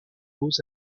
beaux